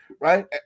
right